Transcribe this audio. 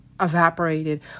evaporated